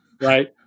right